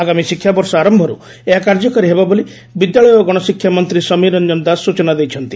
ଆଗାମୀ ଶିକ୍ଷାବର୍ଷ ଆର ଏହା କାର୍ଯ୍ୟକାରୀ ହେବ ବୋଲି ବିଦ୍ୟାଳୟ ଓ ଗଣଶିକ୍ଷା ମନ୍ତୀ ସମୀର ରଞ୍ଞନ ଦାସ ସ୍ଚନା ଦେଇଛନ୍ତି